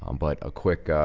um but a quick,